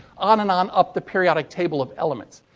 on and on up the periodic table of elements.